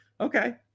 Okay